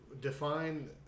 define